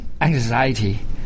anxiety